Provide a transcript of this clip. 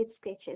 Sketches